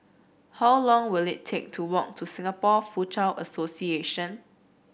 how long will it take to walk to Singapore Foochow Association